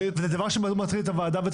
וזה דבר שמאוד מטריד את הוועדה ואת